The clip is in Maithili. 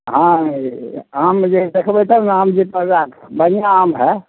हँ आम जे हइ से देखबै तब ने आम जे ताजा बढ़िआँ आम हइ